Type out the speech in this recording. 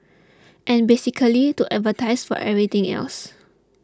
and basically to advertise for everything else